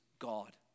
God